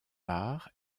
par